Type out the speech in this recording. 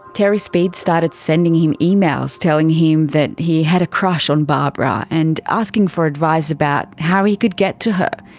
terry speed started sending him emails telling him that he had a crush on barbara, and asking for advice about how he could get to her.